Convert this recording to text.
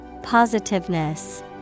Positiveness